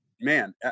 man